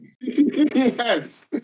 Yes